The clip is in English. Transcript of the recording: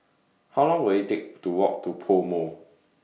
How Long Will IT Take to Walk to Pomo